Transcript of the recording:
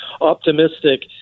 optimistic